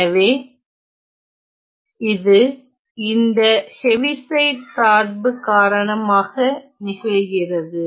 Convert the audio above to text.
எனவே இது இந்த ஹெவிசிட் சார்பு காரணமாக நிகழ்கிறது